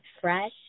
fresh